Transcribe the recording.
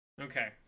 Okay